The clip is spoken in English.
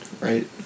right